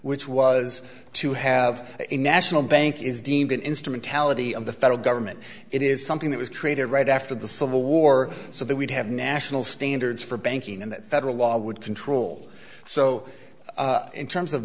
which was to have a national bank is deemed an instrument calorie of the federal government it is something that was created right after the civil war so that we'd have national standards for banking and that federal law would control so in terms of